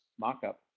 mock-up